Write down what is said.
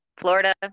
Florida